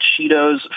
Cheetos